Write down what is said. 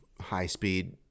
high-speed